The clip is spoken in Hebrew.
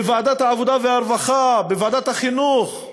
בוועדת העבודה והרווחה, בוועדת החינוך,